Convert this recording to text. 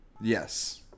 Yes